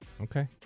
Okay